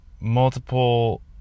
multiple